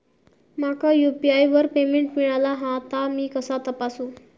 माका यू.पी.आय वर पेमेंट मिळाला हा ता मी कसा तपासू?